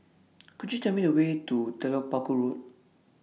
Could YOU Tell Me The Way to Telok Paku Road